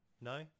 No